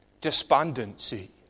despondency